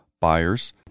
buyers